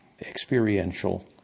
experiential